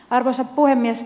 arvoisa puhemies